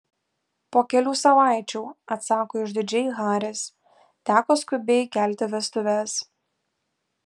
po kelių savaičių atsako išdidžiai haris teko skubiai kelti vestuves